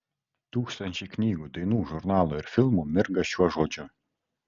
tūkstančiai knygų dainų žurnalų ir filmų mirga šiuo žodžiu